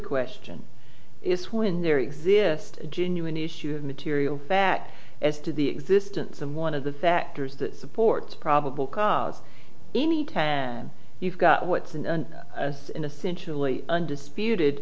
question it's when there exists a genuine issue of material fact as to the existence of one of the factors that supports probable cause anytime you've got what's in an as in a centrally undisputed